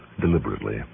deliberately